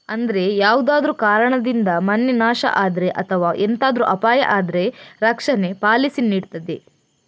ಅಂದ್ರೆ ಯಾವ್ದಾದ್ರೂ ಕಾರಣದಿಂದ ಮನೆ ನಾಶ ಆದ್ರೆ ಅಥವಾ ಎಂತಾದ್ರೂ ಅಪಾಯ ಆದ್ರೆ ರಕ್ಷಣೆ ಪಾಲಿಸಿ ನೀಡ್ತದೆ